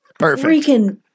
freaking